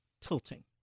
tilting